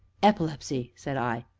epilepsy! said i.